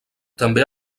també